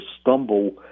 stumble